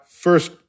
first